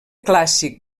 clàssic